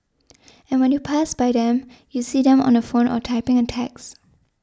and when you pass by them you see them on the phone or typing a text